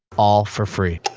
all for free.